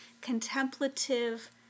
contemplative